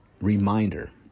reminder